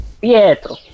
Pietro